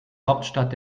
hauptstadt